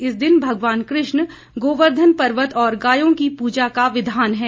इस दिन भगवान कृष्ण गोवर्दधन पर्वत और गायों की पूजा का विधान है